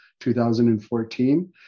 2014